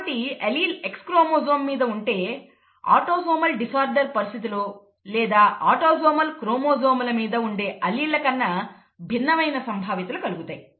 కాబట్టి allele X chromosome మీద ఉంటే ఆటోసోమల్ డిసార్డర్ పరిస్థితిలో లేదా ఆటోసోమల్ క్రోమోజోముల మీద ఉండే అల్లీల్ల కన్నా భిన్నమైన సంభావ్యతలు కలుగుతాయి